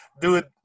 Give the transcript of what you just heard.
dude